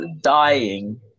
dying